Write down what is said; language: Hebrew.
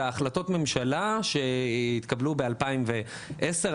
הן החלטות הממשלה שהתקבלו בשנת 2010,